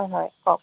হয় হয় কওক